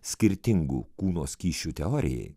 skirtingų kūno skysčių teorijai